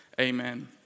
Amen